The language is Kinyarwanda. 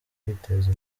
kwiteza